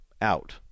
out